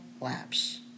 lapse